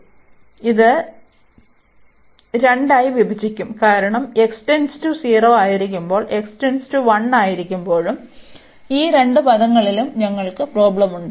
അതിനാൽ ഇത് രണ്ടായി വിഭജിക്കും കാരണം x → 0 ആയിരിക്കുമ്പോഴും x → 1 ആയിരിക്കുമ്പോഴും ഈ രണ്ട് പദങ്ങളിലും ഞങ്ങൾക്ക് പ്രോബ്ലംമുണ്ട്